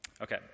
Okay